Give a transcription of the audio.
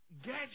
gadget